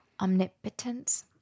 omnipotence